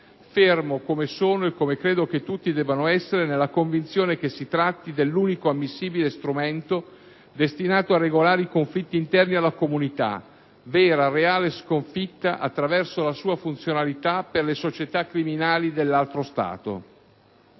fermo - come sono e come credo che tutti debbano essere - nella convinzione che si tratti dell'unico ammissibile strumento destinato a regolare i conflitti interni alla comunità (vera sconfitta, attraverso la sua funzionalità, per le società criminali dell'altro Stato),